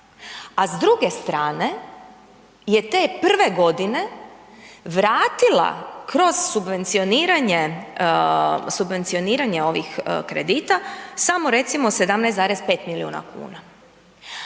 a s druge strane je te prve godine vratila kroz subvencioniranje ovih kredita, samo recimo 17,5 milijuna kuna.